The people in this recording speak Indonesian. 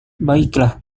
baiklah